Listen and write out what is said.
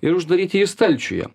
ir uždaryti jį stalčiuje